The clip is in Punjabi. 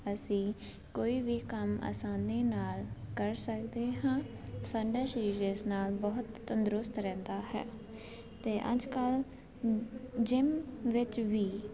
ਅਸੀਂ ਕੋਈ ਵੀ ਕੰਮ ਆਸਾਨੀ ਨਾਲ ਕਰ ਸਕਦੇ ਹਾਂ ਸਾਡਾ ਸਰੀਰ ਇਸ ਨਾਲ ਬਹੁਤ ਤੰਦਰੁਸਤ ਰਹਿੰਦਾ ਹੈ ਅਤੇ ਅੱਜ ਕੱਲ੍ਹ ਜਿਮ ਵਿੱਚ ਵੀ